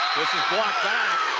blocked back.